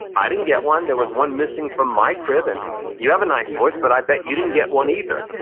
i didn't get one. there was one missing from my crib. and you have a nice voice, but i bet you didn't get one either.